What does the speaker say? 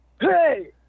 Hey